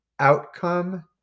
Outcome